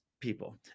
people